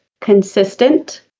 consistent